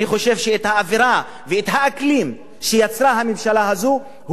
אני חושב שזו האווירה וזה האקלים שיצרה הממשלה הזאת,